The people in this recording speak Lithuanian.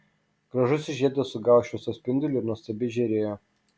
gražusis žiedas sugavo šviesos spindulį ir nuostabiai žėrėjo